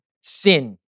sin